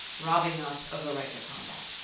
robbing us of the right to combat.